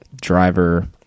Driver